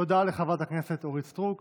תודה לחברת הכנסת אורית סטרוק,